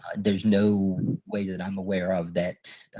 there's no way that i'm aware of that